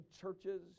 churches